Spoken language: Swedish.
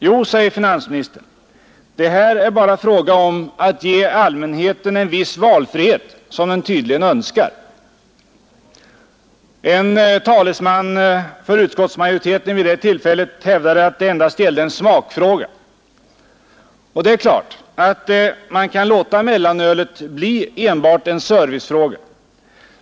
Jo, säger finansministern: ”Det är här bara fråga om att ge allmänheten en viss valfrihet som den tydligen önskar.” En talesman för utskottsmajoriteten vid det tillfället hävdade, att det endast gällde en smakfråga. Det är klart att man kan låta mellanölet bli enbart en servicefråga.